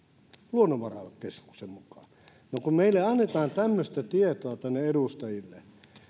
luonnonvarakeskuksen mukaan meille annetaan tämmöistä tietoa tänne edustajille